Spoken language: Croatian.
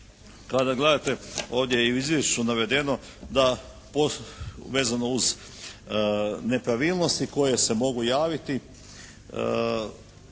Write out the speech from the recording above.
kada gledate ovdje i u izvješću navedeno da vezano uz nepravilnosti koje se mogu javiti,